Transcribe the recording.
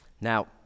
Now